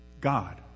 God